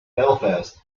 belfast